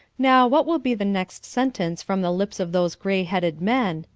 now, what will be the next sentence from the lips of those gray-headed men,